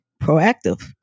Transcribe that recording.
proactive